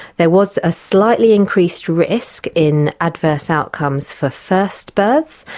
there was a slightly increased risk in adverse outcomes for first births,